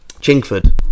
Chingford